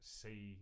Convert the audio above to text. see